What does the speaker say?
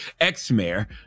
ex-mayor